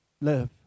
live